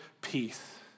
peace